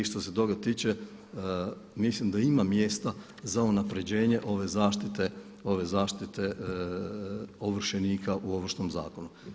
Što se toga tiče mislim da ima mjesta za unapređenje ove zaštite ovršenika u Ovršnom zakonu.